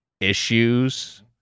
issues